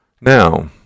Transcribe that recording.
Now